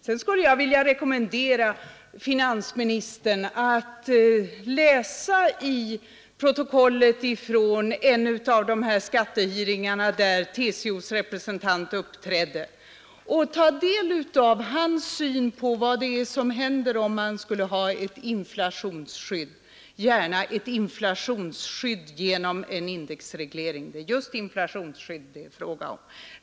Jag skulle vilja rekommendera finansministern att läsa i protokollet från en av skattehearingarna där TCO:s representant uppträdde och ta del av hans syn på vad som händer om man inte inför ett inflationsskydd, gärna ett inflationsskydd genom en indexreglering. Det är just inflationsskydd det är fråga om.